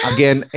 Again